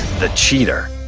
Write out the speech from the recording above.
the cheater.